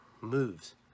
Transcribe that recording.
moves